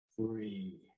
three